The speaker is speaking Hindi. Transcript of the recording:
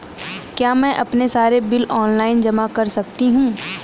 क्या मैं अपने सारे बिल ऑनलाइन जमा कर सकती हूँ?